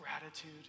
gratitude